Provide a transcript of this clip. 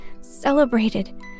celebrated